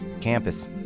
campus